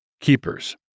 keepers